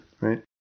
right